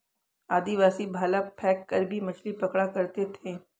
आदिवासी भाला फैंक कर भी मछली पकड़ा करते थे